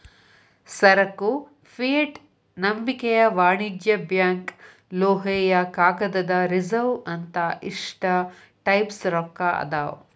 ಸರಕು ಫಿಯೆಟ್ ನಂಬಿಕೆಯ ವಾಣಿಜ್ಯ ಬ್ಯಾಂಕ್ ಲೋಹೇಯ ಕಾಗದದ ರಿಸರ್ವ್ ಅಂತ ಇಷ್ಟ ಟೈಪ್ಸ್ ರೊಕ್ಕಾ ಅದಾವ್